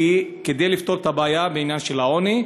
כדי לפתור את הבעיה בעניין של העוני.